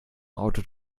auto